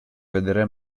vedere